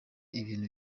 ibintu